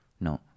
No